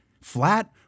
Flat